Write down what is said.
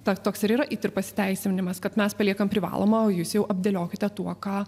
ta toks ir yra it ir pasiteisinimas kad mes paliekam privalomą jūs jau apdėliokite tuo ką